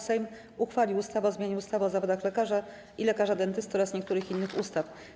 Sejm uchwalił ustawę o zmianie ustawy o zawodach lekarza i lekarza dentysty oraz niektórych innych ustaw.